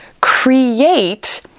create